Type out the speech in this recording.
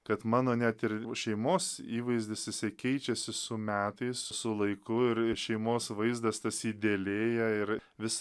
kad mano net ir šeimos įvaizdis jisai keičiasi su metais su laiku ir ir šeimos vaizdas tas idealėja ir vis